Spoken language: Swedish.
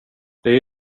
det